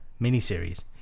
Miniseries